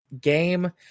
game